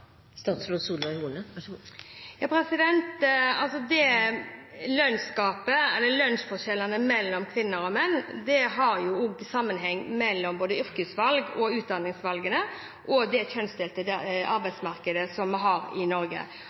Lønnsgapet eller lønnsforskjellene mellom kvinner og menn har sammenheng med både yrkesvalg, utdanningsvalg og det kjønnsdelte arbeidsmarkedet vi har i Norge.